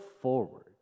forward